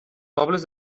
pobles